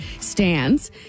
stands